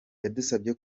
yadusabye